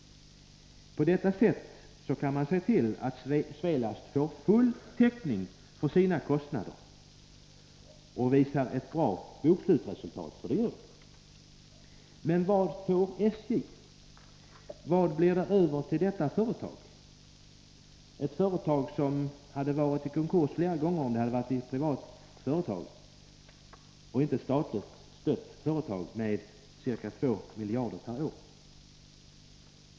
På detta sätt kan man se till att Svelast får full täckning för sina kostnader och visar ett bra bokslutsresultat, för det gör man. Men vad får SJ? Vad blir det över till detta företag, ett företag som hade gått i konkurs flera gånger om det hade varit ett privat företag och inte ett företag som får statligt stöd med ca 2 miljarder per år?